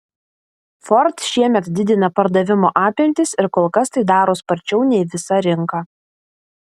ford šiemet didina pardavimo apimtis ir kol kas tai daro sparčiau nei visa rinka